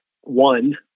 One